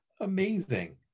amazing